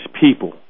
people